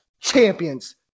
champions